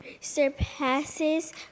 surpasses